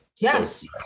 Yes